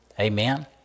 Amen